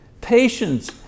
Patience